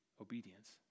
obedience